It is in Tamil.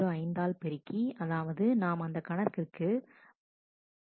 005 ஆல் பெருக்கி அதாவது நாம் அந்த கணக்கிற்கு 0